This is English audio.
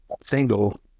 single